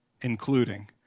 including